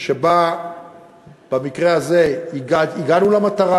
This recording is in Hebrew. שבה במקרה הזה הגענו למטרה.